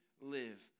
live